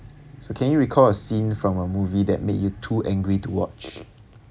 so can you recall a scene from a movie that made you too angry to watch